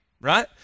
right